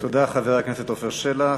תודה, חבר הכנסת עפר שלח.